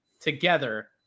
together